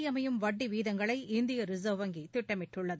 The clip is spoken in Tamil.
அமையும் வட்டி வீதங்களை இந்திய ரிசர்வ் வங்கி திட்டமிட்டுள்ளது